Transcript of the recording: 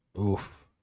Oof